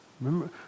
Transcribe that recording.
Remember